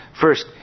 First